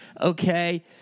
okay